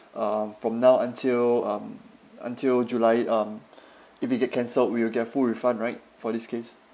um from now until um until july um if you get cancelled we will get full refund right for this case